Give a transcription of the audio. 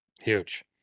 Huge